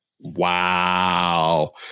Wow